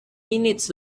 minutes